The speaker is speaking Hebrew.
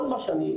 כל מה שאני,